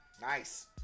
nice